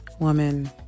woman